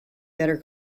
better